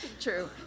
True